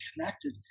connected